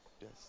Yes